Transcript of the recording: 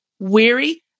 weary